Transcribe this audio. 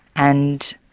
and